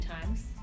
times